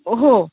हो